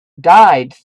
died